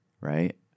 right